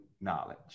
knowledge